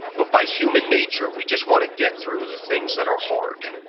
but by human nature, we just want to get through the things that are hard.